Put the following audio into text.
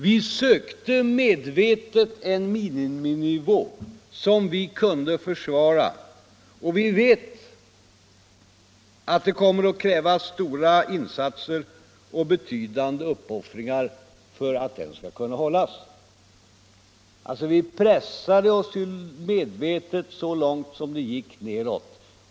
Vi sökte medvetet en miniminivå som vi kunde försvara, och vi vet att det kommer att krävas stora insatser och betydande uppoffringar för att den skall kunna hållas. Vi pressade oss medvetet så långt det gick neråt.